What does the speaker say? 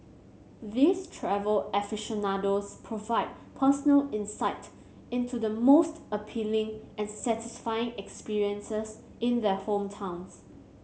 these travel aficionados provide personal insight into the most appealing and satisfying experiences in their hometowns